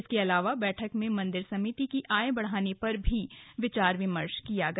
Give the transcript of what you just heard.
इसके अलावा बैठक में मन्दिर समिति की आय बढ़ाने पर विचार विमर्श किया गया